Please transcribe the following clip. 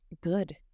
good